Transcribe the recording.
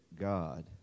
God